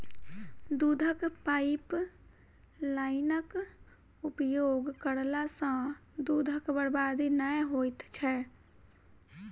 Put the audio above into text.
दूधक पाइपलाइनक उपयोग करला सॅ दूधक बर्बादी नै होइत छै